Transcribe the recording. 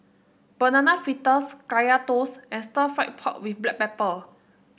Banana Fritters Kaya Toast and Stir Fried Pork with Black Pepper